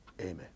Amen